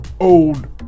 own